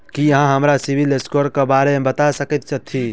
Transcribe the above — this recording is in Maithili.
की अहाँ हमरा सिबिल स्कोर क बारे मे बता सकइत छथि?